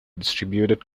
distributed